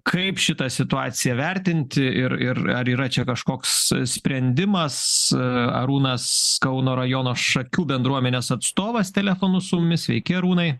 kaip šitą situaciją vertinti ir ir ar yra čia kažkoks sprendimas arūnas kauno rajono šakių bendruomenės atstovas telefonu su mumis sveiki arūnai